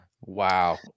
Wow